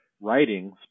writings